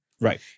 Right